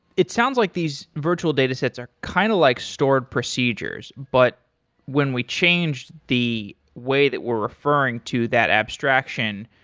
it sounds like these virtual datasets are kind of like stored procedures, but when we change the way that we're referring to that abstraction,